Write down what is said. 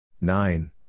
nine